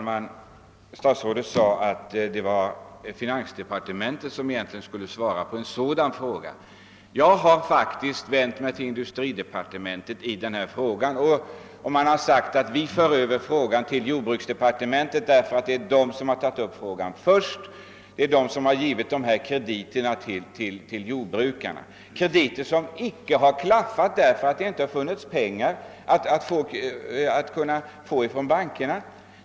Herr talman! Herr statsrådet sade att finansdepartementet egentligen skulle svara på en sådan fråga. Jag har faktiskt vänt mig till industridepartementet i detta ärende, som upplyst att man därifrån fört över frågan till jordbruksdepartementet som redan hade tagit upp densamma. Det är jordbruksdepartementet som har givit krediterna till jordbrukarna, krediter som icke har utnyttjats därför att man inte kunnat få pengar från bankerna.